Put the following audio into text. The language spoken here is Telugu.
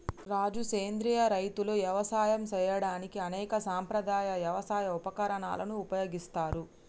రాజు సెంద్రియ రైతులు యవసాయం సేయడానికి అనేక సాంప్రదాయ యవసాయ ఉపకరణాలను ఉపయోగిస్తారు